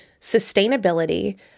sustainability